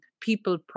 people